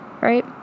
right